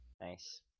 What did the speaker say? Nice